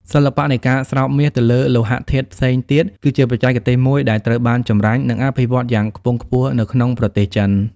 សិល្បៈនៃការស្រោបមាសទៅលើលោហៈធាតុផ្សេងទៀត គឺជាបច្ចេកទេសមួយដែលត្រូវបានចម្រាញ់ និងអភិវឌ្ឍយ៉ាងខ្ពង់ខ្ពស់នៅក្នុងប្រទេសចិន។